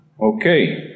Okay